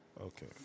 Okay